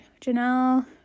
janelle